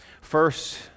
First